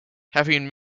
having